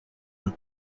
deux